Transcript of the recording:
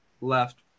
left